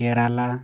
Kerala